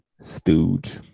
Stooge